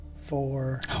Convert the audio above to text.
four